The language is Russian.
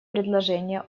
предложения